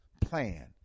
plan